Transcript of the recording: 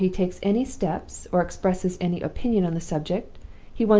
before he takes any steps, or expresses any opinion on the subject,